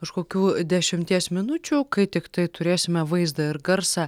už kokių dešimties minučių kai tiktai turėsime vaizdą ir garsą